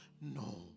No